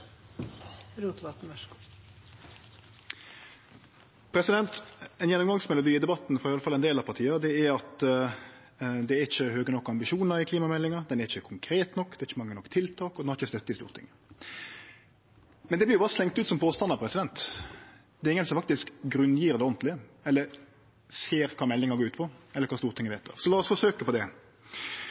at det ikkje er høge nok ambisjonar i klimameldinga, ho er ikkje konkret nok, det er ikkje mange nok tiltak, og ho har ikkje støtte i Stortinget. Men det vert berre slengt ut som påstandar. Det er ingen som faktisk grunngjev det ordentleg, eller ser kva meldinga går ut på eller kva Stortinget vedtek. Så lat oss forsøkje på det.